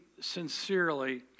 sincerely